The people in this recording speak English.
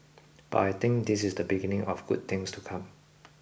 but I think this is the beginning of good things to come